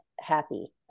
happy